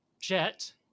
Jet